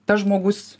tas žmogus